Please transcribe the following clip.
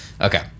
Okay